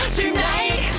tonight